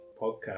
podcast